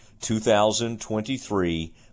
2023